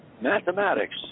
mathematics